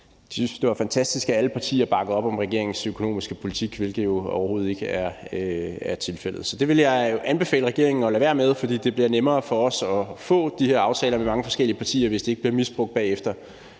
det var fantastisk, at alle partier bakkede op om regeringens økonomiske politik, hvilket jo overhovedet ikke er tilfældet. Så det vil jeg anbefale regeringen at lade være med, for det bliver nemmere for os at få de her aftaler med mange forskellige partier, hvis det ikke bliver misbrugt bagefter